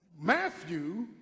Matthew